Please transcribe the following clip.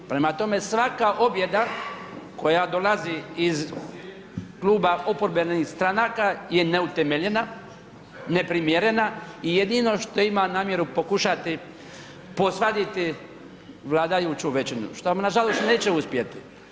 Prema tome, svaka objeda koja dolazi iz kluba oporbenih stranaka je neutemeljena, neprimjerena i jedino što ima namjeru pokušati posvaditi vladajuću većinu, što nažalost neće uspjeti.